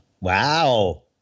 Wow